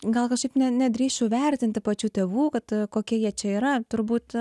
gal kažkaip ne nedrįsčiau vertinti pačių tėvų kad kokie jie čia yra turbūt